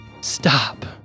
stop